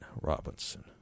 Robinson